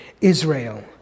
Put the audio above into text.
Israel